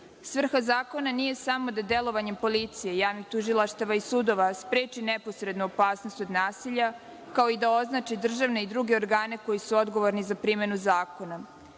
zakona nije samo da delovanjem policije, javnog tužilaštava i sudova spreči neposrednu opasnost od nasilja, kao i da označi državne i druge organe koji su odgovorni za primenu zakona,